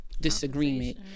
disagreement